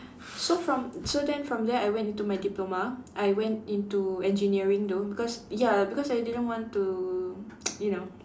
so from so then from there I went into my diploma I went into engineering though because ya because I didn't want to you know